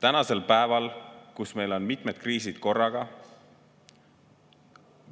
Tänasel päeval, kui meil on mitmed kriisid korraga,